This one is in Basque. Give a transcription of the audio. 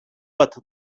bat